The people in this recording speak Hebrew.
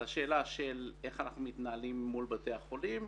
לשאלה איך אנחנו מתנהלים מול בתי החולים.